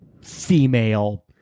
female